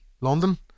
London